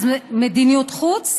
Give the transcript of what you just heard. אז מדיניות חוץ?